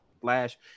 Flash